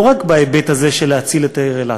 רק בהיבט הזה של להציל את העיר אילת.